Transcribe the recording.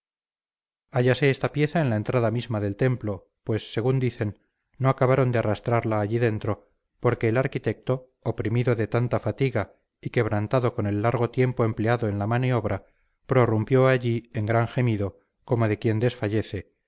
altura hállase esta pieza en la entrada misma del templo pues según dicen no acabaron de arrastrarla allá dentro porque el arquitecto oprimido de tanta fatiga y quebrantado con el largo tiempo empleado en la maniobra prorrumpió allí en gran gemido como de quien desfallece